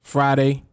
Friday